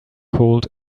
cold